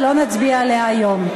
ולא נצביע עליה היום.